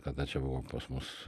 kada čia buvo pas mus